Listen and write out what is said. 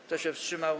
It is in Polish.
Kto się wstrzymał?